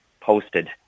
posted